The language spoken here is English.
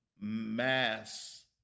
mass